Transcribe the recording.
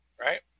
right